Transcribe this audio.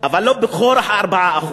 אבל לא בכורח ה-4%,